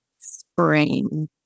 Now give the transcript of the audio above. Spring